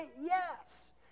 Yes